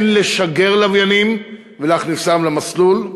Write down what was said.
הן לשגר לוויינים ולהכניסם למסלול,